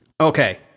okay